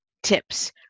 tips